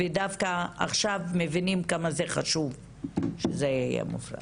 ודווקא עכשיו מבינים כמה זה חשוב שזה יהיה מופרד.